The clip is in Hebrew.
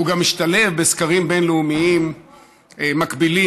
והוא גם משתלב בסקרים בין-לאומיים מקבילים,